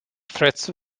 threats